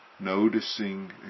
noticing